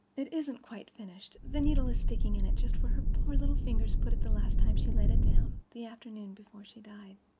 it isn't quite finished the needle is sticking in it just where her poor little fingers put it the last time she laid it down, the afternoon before she died.